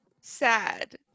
sad